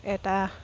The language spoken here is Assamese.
এটা